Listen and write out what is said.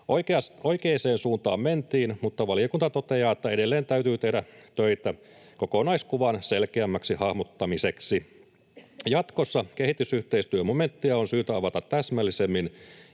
Oikeaan suuntaan mentiin, mutta valiokunta toteaa, että edelleen täytyy tehdä töitä kokonaiskuvan selkeämmäksi hahmottamiseksi. Jatkossa kehitysyhteistyömomentteja on syytä avata täsmällisemmin